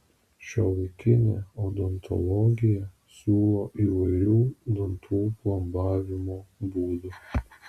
šiuolaikinė odontologija siūlo įvairių dantų plombavimo būdų